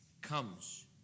comes